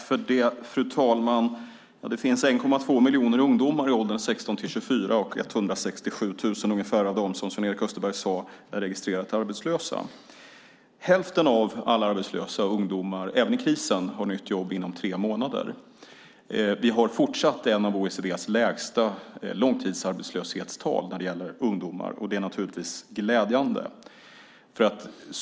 Fru talman! Det finns 1,2 miljoner ungdomar i åldern 16-24. 167 000 av dem är, som Sven-Erik Österberg sade, registrerat arbetslösa. Hälften av alla arbetslösa ungdomar har nytt jobb inom tre månader - även i krisen. Vi har fortsatt ett av OECD:s lägsta långtidsarbetslöshetstal när det gäller ungdomar, och det är glädjande.